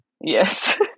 Yes